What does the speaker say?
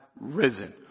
risen